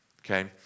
okay